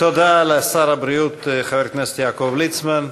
תודה לשר הבריאות חבר הכנסת יעקב ליצמן.